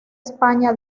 españa